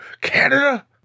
Canada